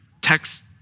text